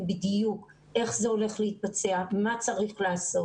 בדיוק איך זה הולך להתבצע ומה צריך לעשות.